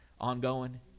ongoing